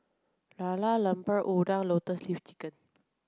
Lala Lemper Udang lotus leaf chicken